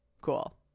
cool